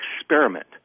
experiment